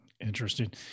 Interesting